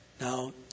now